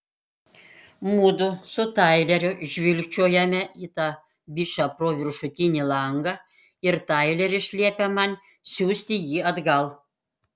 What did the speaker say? mudu su taileriu žvilgčiojame į tą bičą pro viršutinį langą ir taileris liepia man siųsti jį atgal